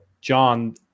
John